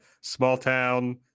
small-town